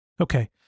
Okay